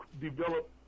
develop